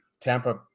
Tampa